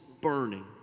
burning